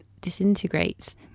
disintegrates